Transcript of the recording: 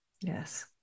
Yes